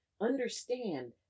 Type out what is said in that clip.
understand